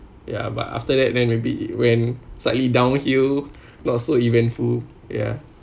ya but after that then maybe went slightly downhill but also eventful ya